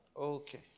Okay